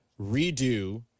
redo